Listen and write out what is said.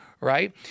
right